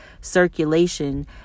circulation